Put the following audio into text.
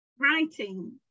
writing